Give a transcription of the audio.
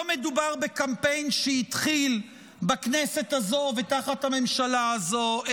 לא מדובר בקמפיין שהתחיל בכנסת הזו ותחת הממשלה הזו,